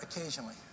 occasionally